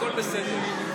הכול בסדר.